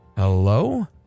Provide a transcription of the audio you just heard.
Hello